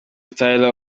tyler